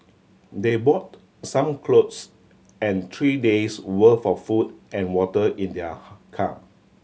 they bought some clothes and three days' worth of food and water in their car